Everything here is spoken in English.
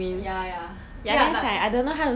ya ya okay lah but